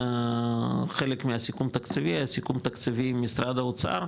חלק מהסיכום תקציבי היה סיכום תקציבי עם משרד האוצר,